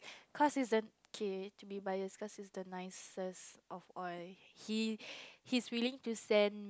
cause he's an K to be bias cause he's the nicest of all he he's willing to send